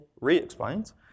re-explains